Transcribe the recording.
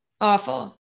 Awful